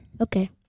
Okay